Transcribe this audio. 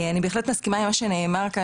אני מסכימה עם מה שנאמר כאן